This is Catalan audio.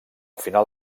final